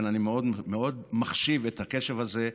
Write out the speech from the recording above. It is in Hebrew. אני מאוד מחשיב את הקשב הזה,